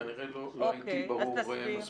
כנראה לא הייתי ברור מספיק.